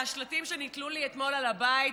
השלטים שנתלו לי אתמול על הבית,